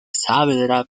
saavedra